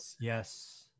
Yes